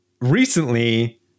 Recently